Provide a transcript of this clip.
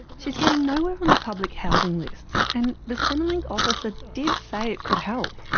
she is getting nowhere on the public housing lists. and the centrelink officer did say it could help?